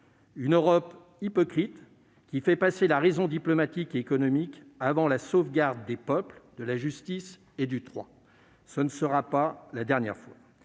Une Europe hypocrite, qui fait passer la raison diplomatique et économique avant la sauvegarde des peuples, de la justice et du droit. Ce ne sera pas la dernière fois